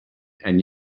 and